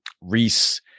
reese